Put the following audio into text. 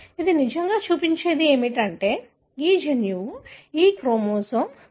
ఇది నిజంగా చూపించేది ఏమిటంటే ఈ జన్యువు ఈ క్రోమోజోమ్ క్రోమోజోమ్ 6